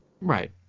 Right